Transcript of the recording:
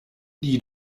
die